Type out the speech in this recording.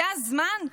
זה הזמן?